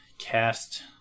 cast